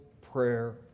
prayer